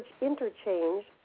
Interchange